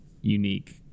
unique